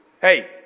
Hey